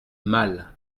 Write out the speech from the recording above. mal